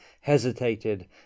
hesitated